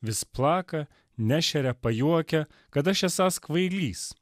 vis plaka nešeria pajuokia kad aš esąs kvailys